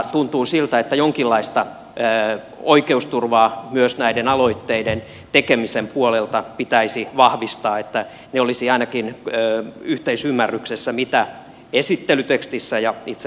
tuntuu siltä että jonkinlaista oikeusturvaa myös näiden aloitteiden tekemisen puolelta pitäisi vahvistaa että ne asiat mitä esittelytekstissä ja itse lakimuutoksissa esitetään olisivat ainakin yhteisymmärryksessä